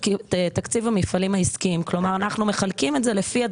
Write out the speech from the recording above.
אז אנחנו מחזירים כמעט